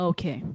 Okay